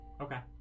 Okay